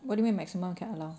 what do you mean maximum can allow